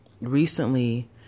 recently